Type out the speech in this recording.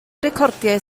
recordiau